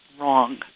wrong